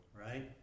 right